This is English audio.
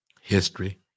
history